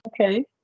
Okay